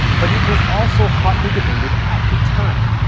but it was also hotly debated at the time.